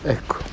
Ecco